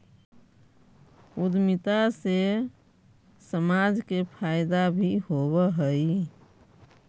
उद्यमिता से समाज के फायदा भी होवऽ हई